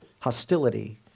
hostility